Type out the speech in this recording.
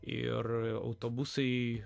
ir autobusai